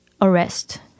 arrest